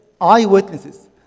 eyewitnesses